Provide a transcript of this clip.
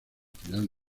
final